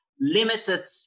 limited